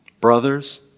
brothers